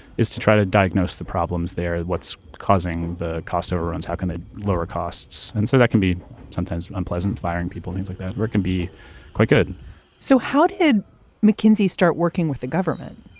is to try to diagnose the problems. they're what's causing the cost overruns, how can they lower costs. and so that can be sometimes unpleasant firing people, things like that can be quite good so how did mckinsey start working with the government?